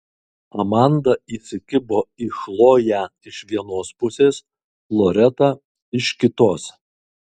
amanda įsikibo į chloję iš vienos pusės loreta iš kitos